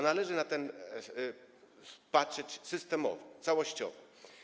Należy na to patrzeć systemowo, całościowo.